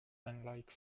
unlike